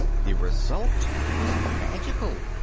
the result was magical.